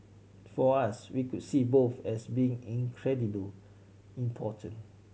for us we would see both as being incredibly important